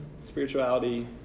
spirituality